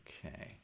Okay